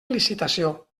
licitació